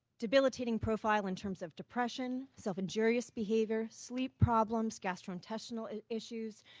debilitating profile in terms of depression, self injurious behavior, sleep problems, gastrointestinal issues,